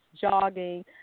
jogging